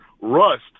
rust